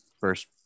first